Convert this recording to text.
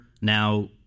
now